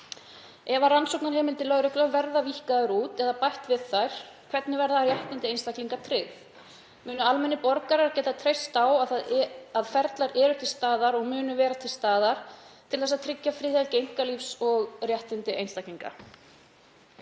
Ef rannsóknarheimildir lögreglunnar verða víkkaðar út eða bætt við þær, hvernig verða réttindi einstaklinga tryggð? Munu almennir borgarar geta treyst á það að ferlar séu til staðar og muni vera til staðar til að tryggja friðhelgi einkalífs og réttindi einstaklinga?